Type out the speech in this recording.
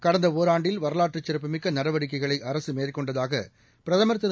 கடந்த இராண்டில் வரலாற்றுச் சிறப்புமிக்க நடவடிக்கைகளை அரசு மேற்கொண்டதாக பிரதமா் திரு